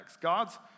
God's